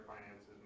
finances